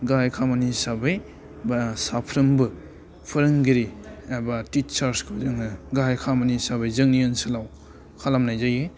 गाहाय खामानि हिसाबै बा साफ्रोमबो फोरोंगिरि एबा टिसारखौ जोङो गाहाय खामानि हिसाबै जोंनि ओनसोलाव खालामनाय जायो